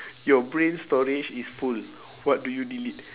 your brain storage is full what do you delete